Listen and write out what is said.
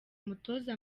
umutoza